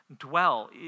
Dwell